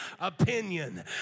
opinion